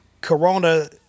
Corona